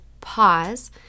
pause